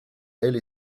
elle